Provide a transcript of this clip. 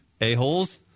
a-holes